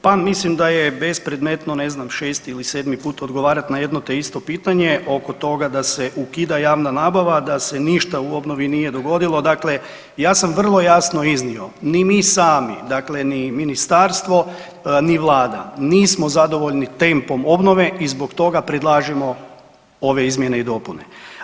Pa mislim da je bespredmetno, ne znam, 6. ili 7. put odgovarati na jedno te isto pitanje oko toga da se ukida javna nabava, da se ništa u obnovi nije dogodilo, dakle ja sam vrlo jasno iznio, ni mi sami, dakle ni Ministarstvo ni Vlada nismo zadovoljni tempom obnove i zbog toga predlažemo ove izmjene i dopune.